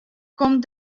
komt